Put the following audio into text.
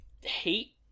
hate